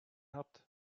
habt